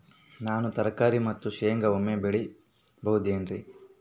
ನಾನು ತರಕಾರಿ ಮತ್ತು ಶೇಂಗಾ ಒಮ್ಮೆ ಬೆಳಿ ಬಹುದೆನರಿ?